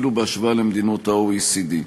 אפילו בהשוואה למדינות ה-OECD.